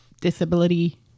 disability